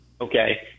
Okay